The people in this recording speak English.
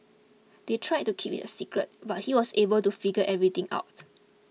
they tried to keep it a secret but he was able to figure everything out